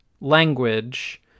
language